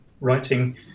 writing